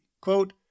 Quote